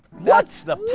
that's the